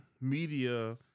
media